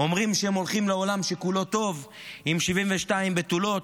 ואומרים שהם הולכים לעולם שכולו טוב עם 72 בתולות